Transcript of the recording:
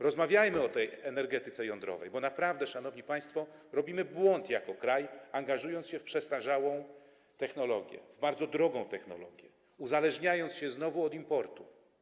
Rozmawiajmy o energetyce jądrowej, bo naprawdę, szanowni państwo, robimy błąd jako kraj, angażując się w przestarzałą technologię, w bardzo drogą technologię, uzależniając się znowu od importu.